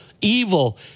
evil